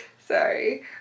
Sorry